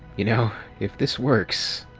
you know, if this works,